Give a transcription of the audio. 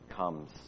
comes